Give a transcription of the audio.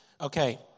Okay